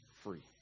free